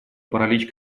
паралич